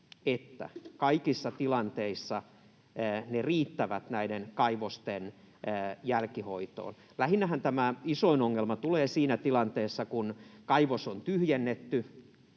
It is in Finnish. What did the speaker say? kaikissa tilanteissa näiden kaivosten jälkihoitoon? Lähinnähän isoin ongelma tulee siinä tilanteessa, kun kaivos on tyhjennetty,